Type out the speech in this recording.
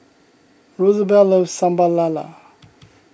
Rosabelle loves Sambal Lala